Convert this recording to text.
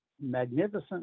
magnificent